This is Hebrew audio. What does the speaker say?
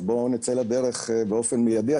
אז בואו נצא לדרך באופן מיידי.